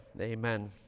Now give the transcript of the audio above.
Amen